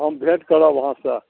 हम भेंट करब अहाँसँ